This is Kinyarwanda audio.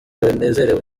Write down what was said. banezerewe